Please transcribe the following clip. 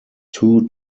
two